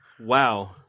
Wow